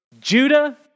Judah